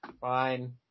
fine